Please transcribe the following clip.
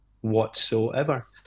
whatsoever